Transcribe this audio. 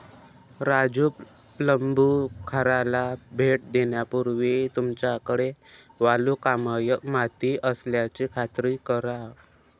राजू प्लंबूखाराला भेट देण्यापूर्वी तुमच्याकडे वालुकामय माती असल्याची खात्री करा